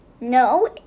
No